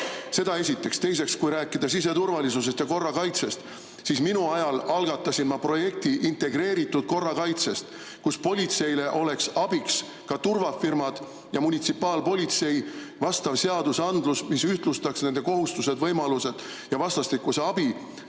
Seda esiteks. Teiseks, kui rääkida siseturvalisusest ja korrakaitsest, siis minu [siseministriks olemise] ajal algatasin ma projekti integreeritud korrakaitsest, kus politseile oleks abiks ka turvafirmad ja munitsipaalpolitsei, vastav seadusandlus, mis ühtlustaks nende kohustused, võimalused ja vastastikuse abi.